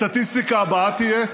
מה הסטטיסטיקה הבאה תהיה?